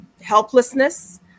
helplessness